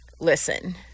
Listen